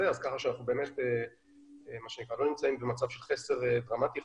ולכן אנחנו לא נמצאים במצב של חסר דרמטי.